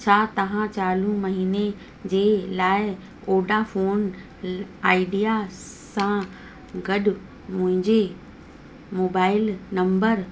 छा तव्हां चालू महीने जे लाइ वोडाफोन आईडिया सां गॾु मुंहिंजे मोबाइल नम्बर